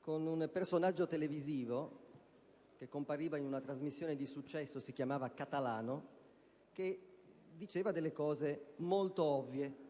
con un personaggio televisivo che compariva in una trasmissione di successo; si chiamava Catalano e diceva cose molto ovvie,